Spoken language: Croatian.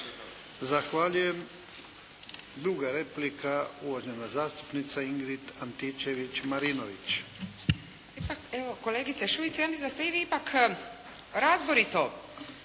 Zahvaljujem. Druga replika uvažena zastupnica Ingrid Antičević- Marinović.